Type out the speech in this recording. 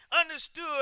understood